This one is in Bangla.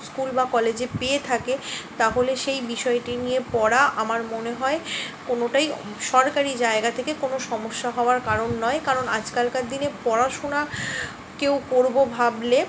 স্কুল বা কলেজে পেয়ে থাকে তাহলে সেই বিষয়টি নিয়ে পড়া আমার মনে হয় কোনোটাই সরকারি জায়গা থেকে কোনো সমস্যা হওয়ার কারণ নয় কারণ আজকালকার দিনে পড়াশোনা কেউ করব ভাবলে